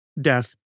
death